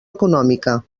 econòmica